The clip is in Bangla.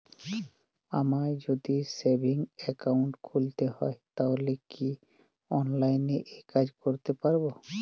আমায় যদি সেভিংস অ্যাকাউন্ট খুলতে হয় তাহলে কি অনলাইনে এই কাজ করতে পারবো?